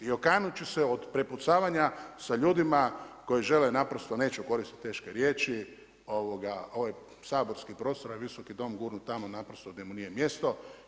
I okanut ću se od prepucavanja sa ljudima koji žele naprosto neću koristiti teške riječi ovaj saborski prostor, ovaj Visoki dom gurnut tamo naprosto gdje mu nije mjesto.